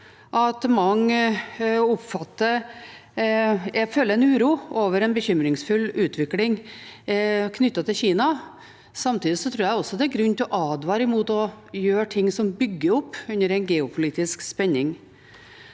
mange føler en uro over en bekymringsfull utvikling knyttet til Kina. Samtidig tror jeg det er grunn til å advare mot å gjøre ting som bygger opp under en geopolitisk spenning.